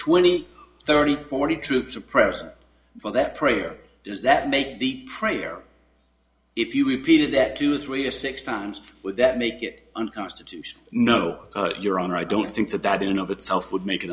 twenty thirty forty troops are present for that prayer does that make the prayer if you repeated that two or three or six times would that make it unconstitutional no your honor i don't think that that in of itself would make it